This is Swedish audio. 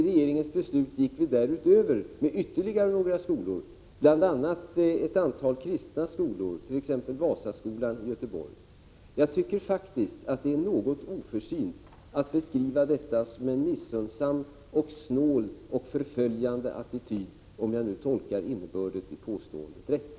Regeringens beslut omfattade därutöver ytterligare några skolor, bl.a. ett antal kristna skolor, t.ex. Vasaskolan i Göteborg. Jag tycker faktiskt att det är något oförsynt att beskriva detta som en missunnsam och snål och förföljande attityd, om jag nu tolkar innebörden i påståendet rätt.